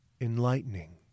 enlightening